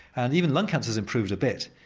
and even lung cancer's improved a bit,